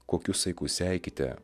kokiu saiku seikite